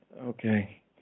Okay